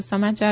વધુ સમાચાર